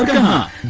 and